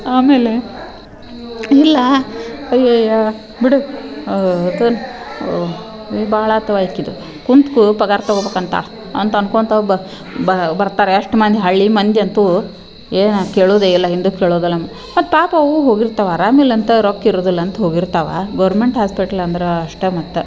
ಆಮೇಲೆ ಇಲ್ಲ ಅಯ್ಯಯ್ಯೊ ಬಿಡು ಭಾಳ ಆತಾವೆ ಐತೆ ಇದು ಕುಂತ್ಕೊ ಪಗಾರ ತಗೋಬೇಕಂತ ಅಂತ ಅಂದ್ಕೋತ್ ಒಬ್ಬ ಬರ್ತಾರೆ ಅಷ್ಟು ಮಂದಿ ಹಳ್ಳಿ ಮಂದಿಯಂತು ಏನು ಕೇಳೋದೆ ಇಲ್ಲ ಹಿಂದು ಕೇಳೋದಿಲ್ಲ ಮತ್ತೆ ಪಾಪ ಅವು ಹೋಗಿರ್ತಾವೆ ಆರಾಮ ಇಲ್ಲಂತ ರೊಕ್ಕ ಇರುದಿಲ್ಲಂತ ಹೋಗಿರ್ತಾವೆ ಗೌರ್ಮೆಂಟ್ ಹಾಸ್ಪೆಟ್ಲ್ ಅಂದ್ರೆ ಅಷ್ಟೆ ಮತ್ತೆ